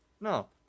no